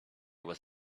was